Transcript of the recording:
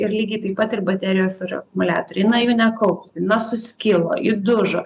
ir lygiai taip pat ir baterijos ir akumuliatoriai na jų nekaupsi na suskilo įdužo